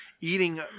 Eating